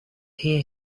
hear